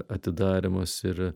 atidarymas ir